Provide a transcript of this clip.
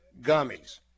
gummies